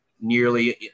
nearly